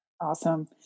Awesome